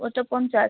ওটা পঞ্চাশ